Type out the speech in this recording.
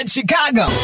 Chicago